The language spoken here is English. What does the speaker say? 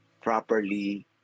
properly